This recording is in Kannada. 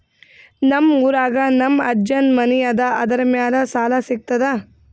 ನಮ್ ಊರಾಗ ನಮ್ ಅಜ್ಜನ್ ಮನಿ ಅದ, ಅದರ ಮ್ಯಾಲ ಸಾಲಾ ಸಿಗ್ತದ?